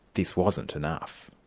this wasn't enough.